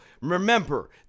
Remember